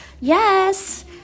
Yes